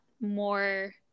more